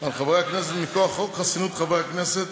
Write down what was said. על חברי הכנסת מכוח חוק חסינות חברי הכנסת,